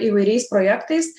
įvairiais projektais